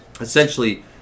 essentially